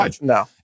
no